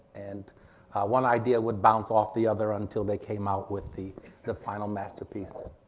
and one idea would bounce off the other until they came out with the the final masterpiece.